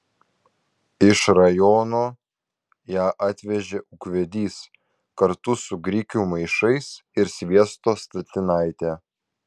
iš rajono ją atvežė ūkvedys kartu su grikių maišais ir sviesto statinaite